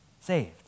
saved